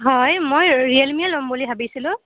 হয় মই ৰিয়েলমিয়ে ল'ম বুলি ভাবিছিলোঁ